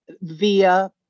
via